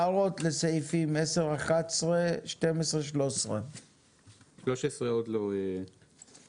הערות לסעיפים 10, 11, 12, 13. 13 עוד לא הוקראה.